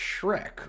Shrek